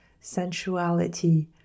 sensuality